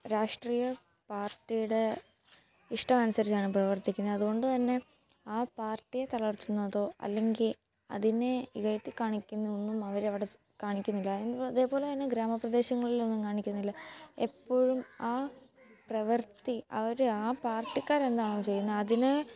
രാഷ്ട്രീയ പാർട്ടിയുടെ ഇഷ്ടമനുസരിച്ചാണ് പ്രവർത്തിക്കുന്നത് അതുകൊണ്ടു തന്നെ ആ പാർട്ടിയെ തളർത്തുന്നതോ അല്ലെങ്കിൽ അതിനെ ഉയർത്തിക്കാണിക്കുന്നതൊന്നും അവരവിടെ കാണിക്കുന്നില്ല എന്ന് അതേപോലെത്തന്നെ ഗ്രാമപ്രദേശങ്ങളിലൊന്നും കാണിക്കുന്നില്ല ആ പ്രവൃത്തി അവർ ആ പാർട്ടിക്കാരെന്താണോ ചെയ്യുന്നത് അതിനെ